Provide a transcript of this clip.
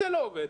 אם זה לא עובד,